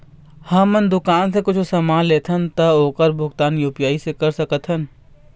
हमन दुकान से कुछू समान लेथन ता ओकर भुगतान यू.पी.आई से कर सकथन?